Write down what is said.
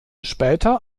später